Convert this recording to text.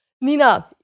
Nina